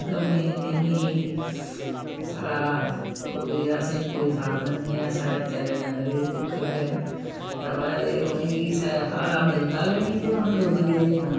गवें ई मेहियें ई कोई असें गी कोई साधन निं ऐ साढ़े बचैरे डंगर बी भुक्खे गै न उ'नें गी हरा मिलदा गै निं ते उ'नें दुद्ध केह् देना